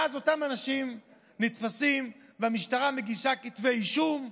ואז אותם אנשים נתפסים, והמשטרה מגישה כתבי אישום,